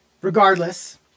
regardless